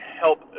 help